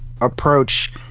approach